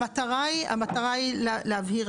המטרה היא להבהיר.